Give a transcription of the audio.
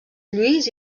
lluís